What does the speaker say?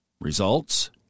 Results